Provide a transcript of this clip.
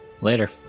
Later